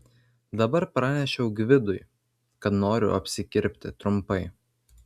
dabar pranešiau gvidui kad noriu apsikirpti trumpai